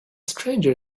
stranger